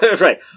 Right